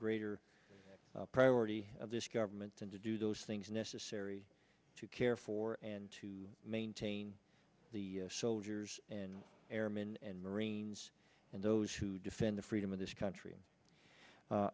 greater priority of this government than to do those things necessary to care for and to maintain the soldiers and airmen and marines and those who defend the freedom of this country